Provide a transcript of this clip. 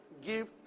give